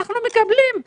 שאנחנו מקבלים.